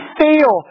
fail